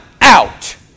out